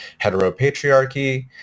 heteropatriarchy